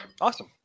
Awesome